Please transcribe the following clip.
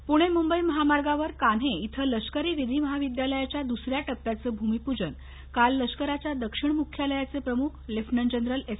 सैनी प्रणे मुंबई महामार्गावर कान्हे इथं लष्करी विधि महाविद्यालयच्या दुसऱ्या टप्प्याचं भूमिपूजन काल लष्कराच्या दक्षिण मुख्यालयाचे प्रमुख लेफ्टनंट जनरल एस